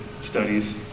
studies